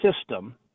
system –